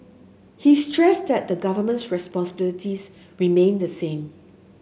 he stressed that the Government's responsibilities remain the same